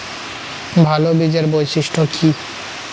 ভাল বীজের বৈশিষ্ট্য কী?